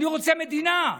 אני רוצה מדינה.